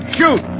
Shoot